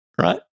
Right